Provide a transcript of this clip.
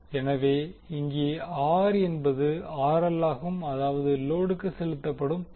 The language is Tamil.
எனவே இங்கே R என்பது ஆகும் அதாவது லோடுக்கு செலுத்தப்படும் பவர்